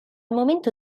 momento